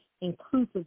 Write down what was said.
inclusive